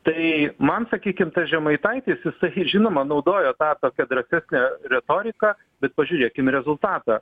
tai man sakykim tas žemaitaitis jisai žinoma naudojo tą tokią drąsesnę retoriką bet pažiūrėkim rezultatą